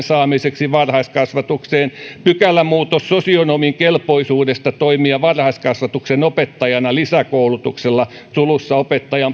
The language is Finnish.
saamiseksi varhaiskasvatukseen pykälämuutos sosionomin kelpoisuudesta toimia varhaiskasvatuksen opettajana lisäkoulutuksella opettajan